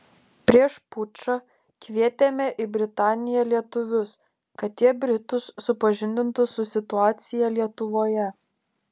prieš pučą kvietėme į britaniją lietuvius kad jie britus supažindintų su situacija lietuvoje